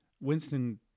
Winston